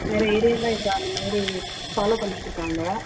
நிறைய ஏரியாவில் இப்போ அந்த மாதிரி ஃபாலோ பண்ணிட்டுருக்காங்க